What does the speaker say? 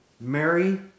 Mary